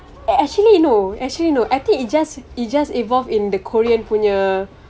eh actually no actually no I think it just it just involve in the korean punya